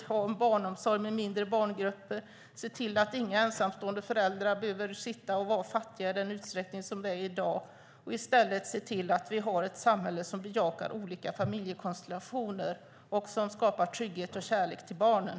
Vi vill ha barnomsorg med mindre barngrupper och se till att inga ensamstående föräldrar behöver vara fattiga i den utsträckning som de är i dag. I stället vill vi ha ett samhälle som bejakar olika familjekonstellationer och som skapar trygghet för och kärlek till barnen.